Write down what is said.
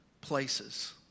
places